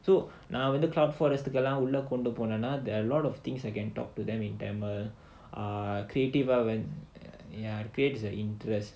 so நான் வந்து உள்ள கொண்டு போனேனா:naan vandhu ulla kondu ponaenaa there are a lot of things I can talk to them in tamil ah creative I when ya it creates interest